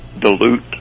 dilute